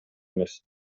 эмес